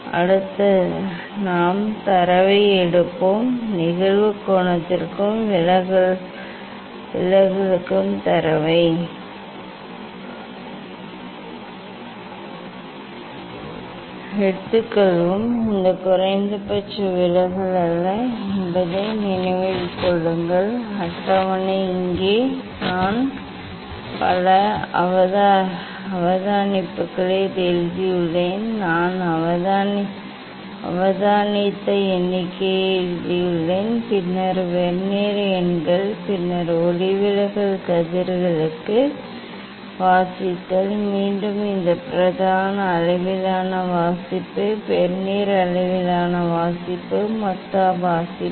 அடுத்து நாம் தரவை எடுப்போம் நிகழ்வு கோணத்திற்கும் விலகலுக்கும் தரவை எடுத்துக்கொள்வோம் இது குறைந்தபட்ச விலகல் அல்ல என்பதை நினைவில் கொள்ளுங்கள் அட்டவணை இங்கே நான் பல அவதானிப்புகளை எழுதியுள்ளேன் நான் அவதானித்த எண்ணிக்கையை எழுதியுள்ளேன் பின்னர் வெர்னியர் எண்கள் பின்னர் ஒளிவிலகல் கதிர்களுக்கு வாசித்தல் மீண்டும் இந்த பிரதான அளவிலான வாசிப்பு வெர்னியர் அளவிலான வாசிப்பு மொத்த வாசிப்பு